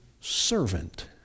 servant